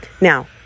Now